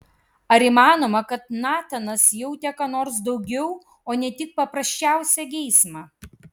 ar įmanoma kad natanas jautė ką nors daugiau o ne tik paprasčiausią geismą